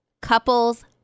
Couples